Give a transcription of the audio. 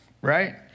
right